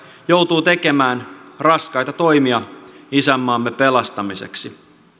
joutuu tekemään raskaita toimia isänmaamme pelastamiseksi